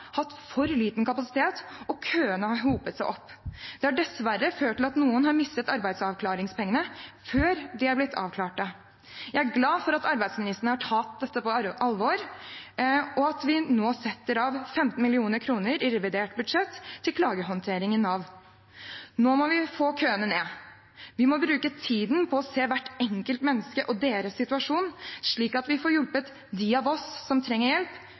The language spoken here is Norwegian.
hatt for liten kapasitet, og køene har hopet seg opp. Det har dessverre ført til at noen har mistet arbeidsavklaringspengene før de er blitt avklart. Jeg er glad for at arbeidsministeren har tatt dette på alvor, og at vi nå setter av 15 mill. kr i revidert budsjett til klagehåndtering i Nav. Nå må vi få køene ned. Vi må bruke tiden på å se hvert enkelt menneske og deres situasjon, slik at vi får hjulpet dem av oss som trenger hjelp,